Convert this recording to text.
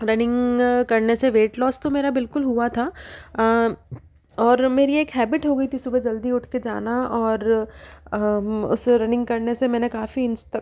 running करने से weight loss तो मेरा बिल्कुल हुआ था और मेरी एक हैबिट हो गई थी सुबह जल्दी उठ कर जाना और उस रनिंग करने से मैंने काफी इन्स तक